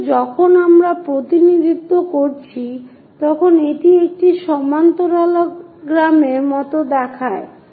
কিন্তু যখন আমরা প্রতিনিধিত্ব করছি তখন এটি একটি সমান্তরালগ্রামের মতো দেখতে হয়